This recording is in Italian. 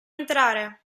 entrare